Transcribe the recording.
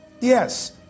Yes